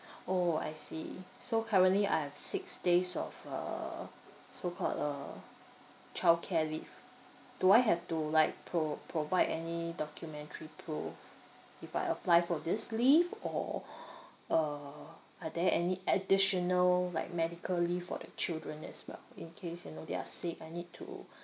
orh I see so currently I have six days of uh so called uh childcare leave do I have to like pro~ provide any documentary proof if I apply for this leave or uh are there any additional like medical leave for the children as well in case you know they are sick I need to